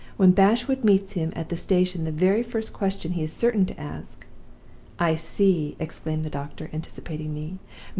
when bashwood meets him at the station, the very first question he is certain to ask i see exclaimed the doctor, anticipating me.